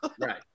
Right